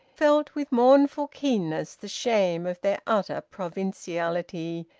felt with mournful keenness the shame of their utter provinciality,